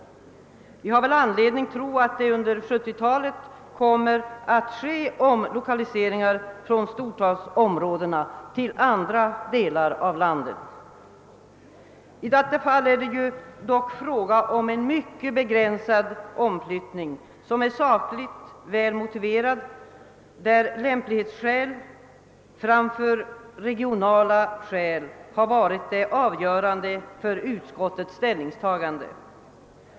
Vi har väl anledning tro att under 1970-talet omlokaliseringar kommer att göras från storstadsområdena till andra delar av landet. I detta fall är det dock fråga om en ytterst begränsad omflyttning, som är sakligt väl motiverad och där lämplighetsskäl i högre grad än regionala skäl varit avgörande för utskottets ställningstagande.